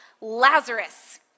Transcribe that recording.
Lazarus